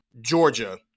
Georgia